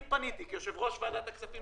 כשישבתי כיושב-ראש ועדת הכספים